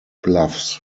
bluffs